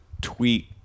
tweet